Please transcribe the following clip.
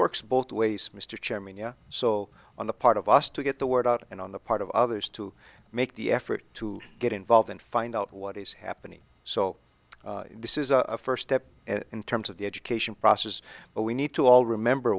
works both ways mr chairman you know so on the part of us to get the word out and on the part of others to make the effort to get involved and find out what is happening so this is a first step in terms of the education process but we need to all remember